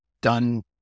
done